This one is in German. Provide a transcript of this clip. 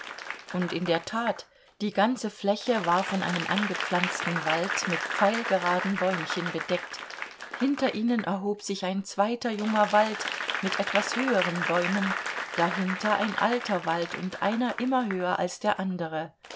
und in der tat die ganze fläche war von einem angepflanzten wald mit pfeilgeraden bäumchen bedeckt hinter ihnen erhob sich ein zweiter junger wald mit etwas höheren bäumen dahinter ein alter wald und einer immer höher als der andere